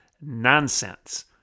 nonsense